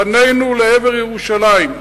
פנינו לעבר ירושלים.